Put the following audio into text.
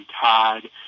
Todd